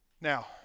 Now